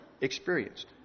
experienced